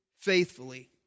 faithfully